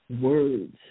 words